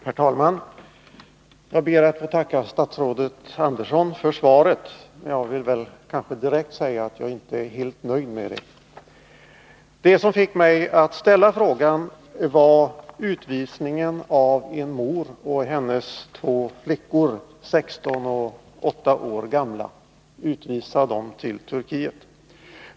Herr talman! Jag ber att få tacka statsrådet Andersson för svaret. Jag vill direkt säga att jag inte är helt nöjd med det. Det som fick mig att ställa frågan var utvisningen till Turkiet av en mor och hennes två flickor, 16 och 8 år gamla.